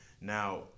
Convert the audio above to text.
Now